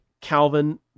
Calvin